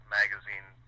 magazine